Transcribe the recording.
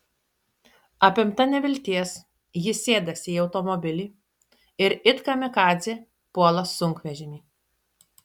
apimta nevilties ji sėdasi į automobilį ir it kamikadzė puola sunkvežimį